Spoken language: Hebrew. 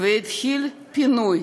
והתחיל פינוי